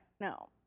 No